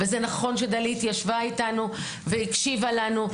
וזה נכון שדלית ישבה איתנו והקשיבה לנו,